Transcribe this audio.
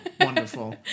wonderful